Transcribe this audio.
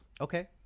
Okay